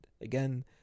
again